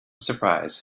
surprise